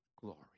glory